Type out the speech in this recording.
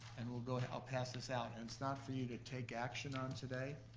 and we'll go, i'll pass this out. and it's not for you to take action on today.